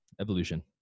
evolution